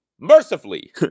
mercifully